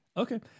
Okay